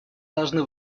должны